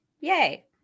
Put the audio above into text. Yay